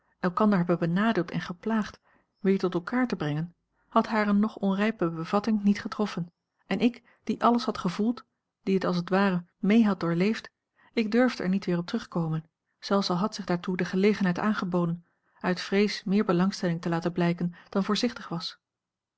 elkander hebben benadeeld en geplaagd weer tot elkaar te brengen had hare nog onrijpe bevatting niet getroffen en ik die alles had gevoeld die het als t ware mee had doorleefd ik durfde er niet weer op terugkomen zelfs al had zich daartoe de gelegenheid aangeboden uit vrees meer belangstelling te laten blijken dan voorzichtig was